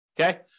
Okay